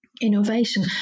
Innovation